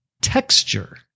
texture